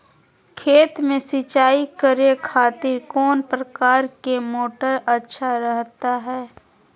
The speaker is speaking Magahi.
खेत में सिंचाई करे खातिर कौन प्रकार के मोटर अच्छा रहता हय?